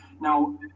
Now